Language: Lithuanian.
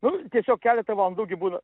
nu tiesiog keletą valandų gi būna